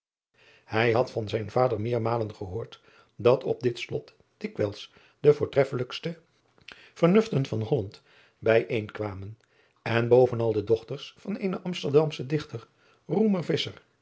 ij had van zijn vader meermalen gehoord dat op dit lot dikwijls de voortreffelijkste vernusten van olland bij een kwamen en bovenal de dochters van eenen msterdamschen ichter